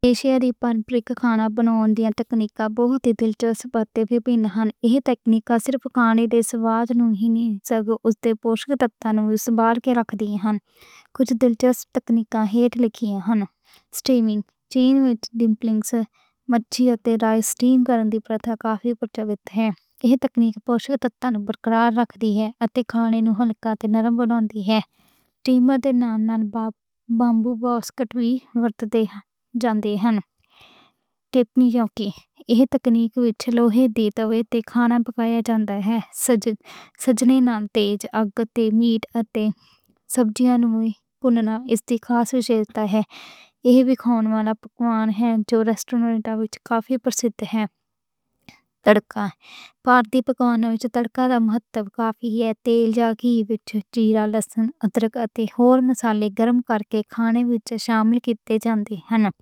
Asia region وِچ پکا کھانا بناؤن دی تکنیکاں بہت دلچسپ ہن۔ ایہ تکنیکاں صرف کھانے دے سوا نوں نہیں بلکہ پوشک تت برقرار رکھدیاں ہن۔ کجھ دلچسپ تکنیکاں ہیٹھ لکھیاں ہن۔ سٹیمنگ چین وِچ ڈمپلنگز اتے رائس سٹیم کرن دی روایت کافی پرانی ہے۔ ایہ تکنیک پوشک تت برقرار رکھدی ہے۔ اتے کھانے نوں لذیذ، نرم بناؤندی ہے۔ سٹیمنگ لئی بامبو باسکٹ لے کے اتے کٹورے ورتے جاندے ہن۔ تے کجھ تکنیکاں وِچ لوہے دا تاوا۔ تے کھانا پکایا جاندا ہے۔ سجّناں نال تیز آگ تے میٹ اتے سبزیاں نوں پُھنانا اس انداز وِچ رکھ دِندا ہے۔ ایہ انداز والا پکوان نیشنل وِچ کافی پذیرا ہے۔ تڑکا بارے، پکوان وِچ تڑکے دا مہتو بہت ہے؛ تیل وِچ جیرا، لہسن، ادرک اتے ہور مصالحے گرم کرکے کھانے وِچ شامل کیتے جاندے ہن۔